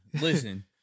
Listen